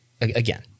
again